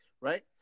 right